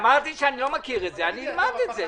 אמרתי שאני לא מכיר את הנושא ואלמד אותו,